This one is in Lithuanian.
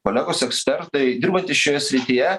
kolegos ekspertai dirbantys šioje srityje